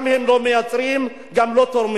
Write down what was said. הם גם לא מייצרים, גם לא תורמים.